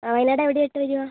ആ വയനാട് എവിടെയായിട്ടാണ് വരിക